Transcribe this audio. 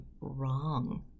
wrong